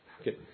Okay